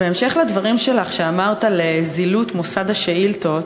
בהמשך לדברים שאמרת על זילות מוסד השאילתות,